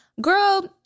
girl